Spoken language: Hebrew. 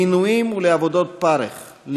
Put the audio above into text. לעינויים ולעבודות פרך,